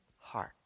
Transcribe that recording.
heart